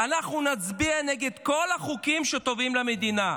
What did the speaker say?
אנחנו נצביע נגד כל החוקים שטובים למדינה.